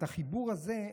החיבור הזה,